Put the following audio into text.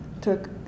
took